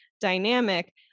dynamic